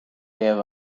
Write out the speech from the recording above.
gave